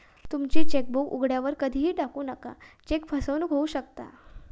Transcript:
तुमची चेकबुक उघड्यावर कधीही टाकू नका, चेक फसवणूक होऊ शकता